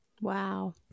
Wow